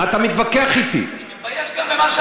מה אתה